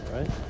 Right